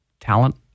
talent